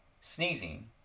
sneezing